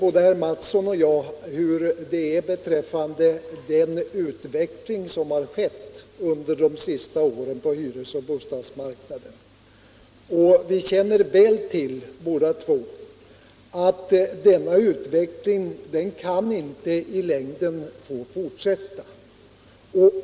Både herr Mattsson och jag vet hur det är beträffande den utveckling på hyresoch bostadsmarknaden som har skett under de senaste åren, och vi är båda på det klara med att denna utveckling inte kan få fortsätta i längden.